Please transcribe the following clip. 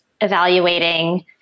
evaluating